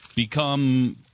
Become